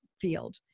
field